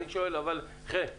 חן.